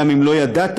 גם אם לא ידעת,